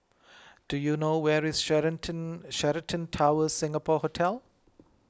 do you know where is Sheraton Sheraton Towers Singapore Hotel